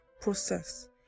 process